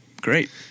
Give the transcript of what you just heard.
great